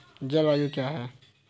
जलवायु क्या है?